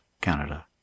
Canada